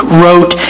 wrote